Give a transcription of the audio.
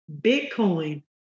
Bitcoin